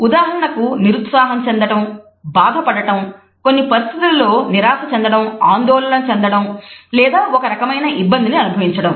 ఉదాహరణకు నిరుత్సాహం చెందడం బాధపడటం కొన్ని పరిస్థితులలో నిరాశ చెందడం ఆందోళన చెందడం లేదా ఒక రకమైన ఇబ్బందిని అనుభవించడం